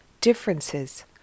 differences